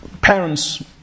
Parents